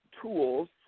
tools